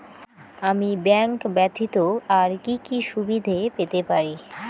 আমি ব্যাংক ব্যথিত আর কি কি সুবিধে পেতে পারি?